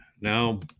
now